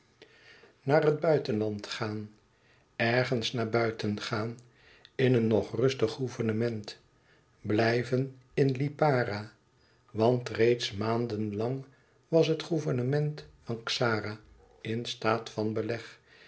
naar het buitenland gaan ergens naar buiten gaan in een nog rustig gouvernement blijven in lipara want reeds maan e ids aargang lang was het gouvernement van xara in staat van beleg